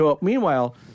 Meanwhile